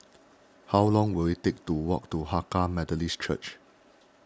how long will it take to walk to Hakka Methodist Church